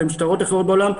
למשטרות אחרות בעולם,